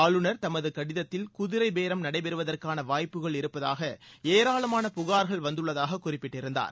ஆளுநர் தமது கடிதத்தில் குதிரைபேரம் நடைபெறுவதற்கான வாய்ப்புகள் இருப்பதாக ஏராளமாள புகார்கள் வந்துள்ளதாக குறிப்பிட்டிருந்தார்